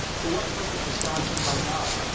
for what purpose was john sent by god?